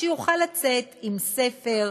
שיוכל לצאת עם ספר,